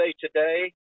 Today